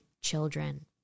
children